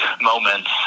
moments